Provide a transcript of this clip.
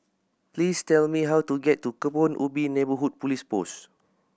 please tell me how to get to Kebun Ubi Neighbourhood Police Post